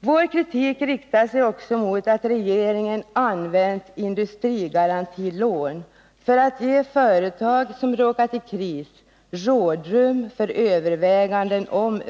Vår kritik riktar sig också mot att regeringen använt industrigarantilån för att ge företag som råkat i kris rådrum för överväganden om